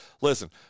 listen